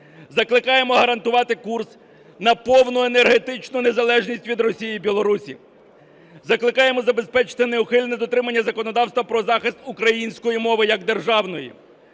Закликаємо гарантувати курс на повну енергетичну незалежність від Росії, Білорусі. Закликаємо забезпечити неухильне дотримання законодавства про захист української мови як державної.